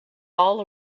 all